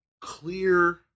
clear